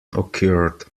occurred